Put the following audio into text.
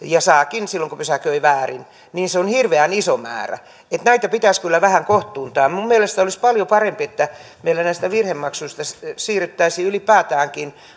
ja saakin silloin kun pysäköi väärin se on hirveän iso määrä eli näitä pitäisi kyllä vähän kohtuuntaa minun mielestäni olisi paljon parempi että meillä näistä virhemaksuista siirryttäisiin ylipäätäänkin